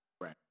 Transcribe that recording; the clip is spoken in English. Right